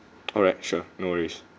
alright sure no worries